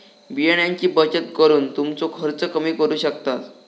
बियाण्यांची बचत करून तुमचो खर्च कमी करू शकतास